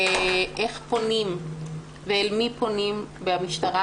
בנוגע לאיך פונים ואל מי פונים במשטרה.